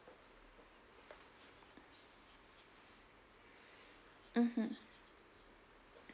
mmhmm